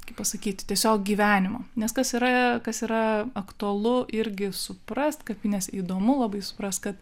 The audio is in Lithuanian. kaip pasakyti tiesiog gyvenimo nes kas yra kas yra aktualu irgi suprast kapines įdomu labai supras kad